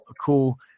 cool